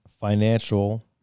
financial